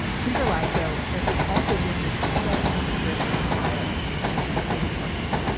since our last show, there has also been this steady drip of files coming from the state department.